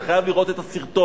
אתה חייב לראות את הסרטון.